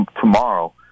tomorrow